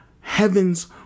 heaven's